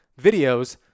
videos